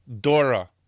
Dora